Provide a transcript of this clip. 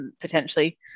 potentially